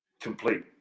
complete